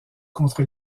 contre